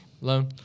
Loan